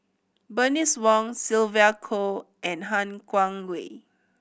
Bernice Wong Sylvia Kho and Han Guangwei